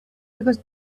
because